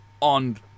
on